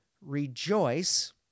rejoice